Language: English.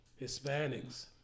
Hispanics